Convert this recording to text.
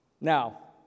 Now